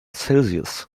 celsius